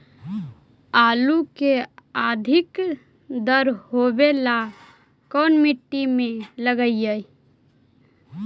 आलू के अधिक दर होवे ला कोन मट्टी में लगीईऐ?